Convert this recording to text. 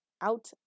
Out